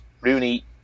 rooney